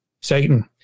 Satan